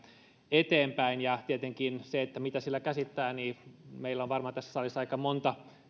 eteenpäin ja tietenkin siitä mitä sillä käsittää meillä on varmaan tässä salissa aika monta